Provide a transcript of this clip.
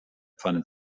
pfanne